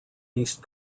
east